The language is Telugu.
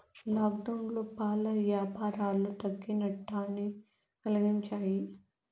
లాక్డౌన్లో పాల యాపారాలు తగ్గి నట్టాన్ని కలిగించాయి